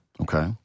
Okay